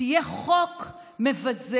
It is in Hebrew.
תהיה חוק מבזה,